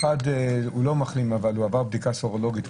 אחד לא מחלים אבל עבר בדיקה סרולוגית,